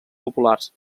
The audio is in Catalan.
populars